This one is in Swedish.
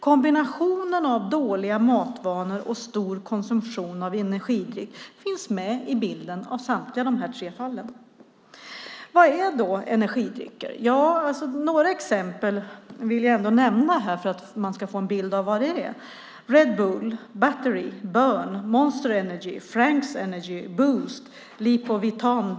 Kombinationen av dåliga matvanor och stor konsumtion av energidrycker finns med i bilden i samtliga dessa tre fall. Vad är då energidrycker? Några exempel vill jag ändå nämna för att man ska få en bild av vad det är: Red Bull, Battery, Burn, Monster Energy, Frank's Energy, Boost, Lipovitan-D.